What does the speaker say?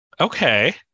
okay